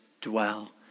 dwell